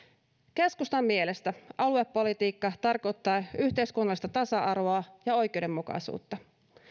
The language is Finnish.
keskustan mielestä aluepolitiikka tarkoittaa yhteiskunnallista tasa arvoa ja oikeudenmukaisuutta